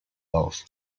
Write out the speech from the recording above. auf